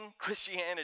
Christianity